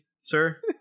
sir